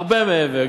הרבה מעבר,